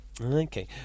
Okay